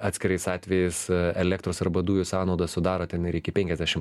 atskirais atvejais elektros arba dujų sąnaudos sudaro ten ir iki penkiasdešim